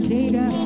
data